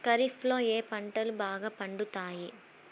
ఖరీఫ్లో ఏ పంటలు బాగా పండుతాయి?